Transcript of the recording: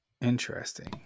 Interesting